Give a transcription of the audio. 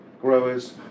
growers